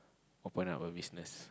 open up a business